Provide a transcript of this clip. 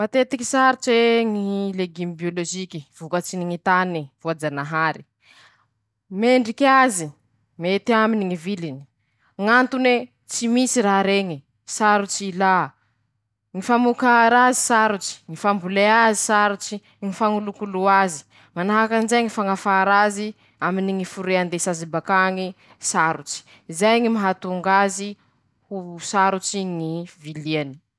Matetiky sarotse ñy legimy biôlôziky, vokatsy ny ñy tane, voajanahary ;mendriky azy, mety aminy ñy viliny, ñantone :tsy misy raha reñy, sarotsy ilà, ñy famokàra azy sarotsy, ñy fambolea azy sarotsy ñy fañolokoloa azy ;manahaky anizayñy fañafara azy, aminy ñy foré andesa azy bakañy sarotsy ;zay ñy mahatonga azy ho sarotsy ñy viliany.